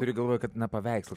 turi galvoje kad na paveikslas